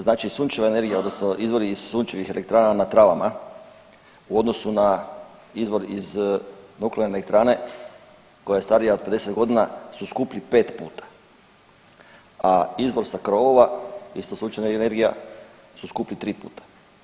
Znači sunčeva energija, odnosno izvori iz sunčevih elektrana na travama u odnosu na izvor iz nuklearne elektrane, koja je starija od 50 godina su skuplji 5 puta, a izvor sa krovova isto sunčeva energija su skuplji 3 puta.